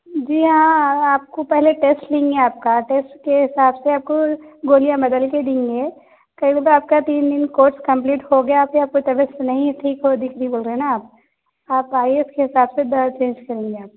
جی ہاں میں آپ کو پہلے ٹیسٹ لیں گے آپ کا ٹیسٹ کے حساب سے آپ کو گولیاں بدل کے دیں گے ایک بار آپ کا تین دن کورس کمپلیٹ ہو گیا پھر آپ کو طبیعت نہیں ٹھیک ہو دکھ رہی بول رہے نا آپ آپ آئے اس کے حساب سے دوا چینج کریں گے آپ